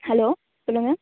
hello சொல்லுங்க